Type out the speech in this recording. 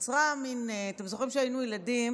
נוצרה מין, אתם זוכרים שכשהיינו ילדים